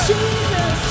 Jesus